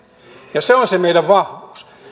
ja se on se meidän vahvuus